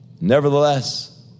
Nevertheless